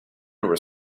were